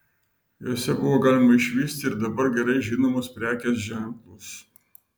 jose buvo galima išvysti ir dabar gerai žinomus prekės ženklus